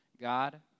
God